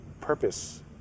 purpose